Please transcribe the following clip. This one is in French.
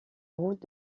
route